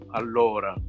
allora